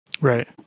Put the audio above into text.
Right